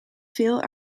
veel